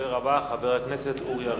הדובר הבא, חבר הכנסת אורי אריאל.